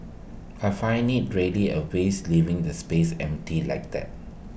I find IT really A waste leaving the space empty like that